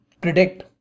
predict